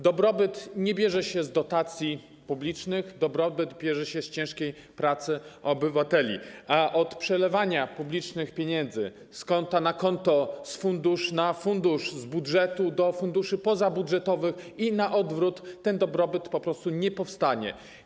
Dobrobyt nie bierze się z dotacji publicznych, dobrobyt bierze się z ciężkiej pracy obywateli, a od przelewania publicznych pieniędzy z konta na konto, z funduszu na fundusz, z budżetu do funduszy pozabudżetowych i na odwrót ten dobrobyt po prostu nie powstanie.